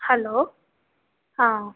हलो हा